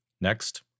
Next